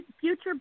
future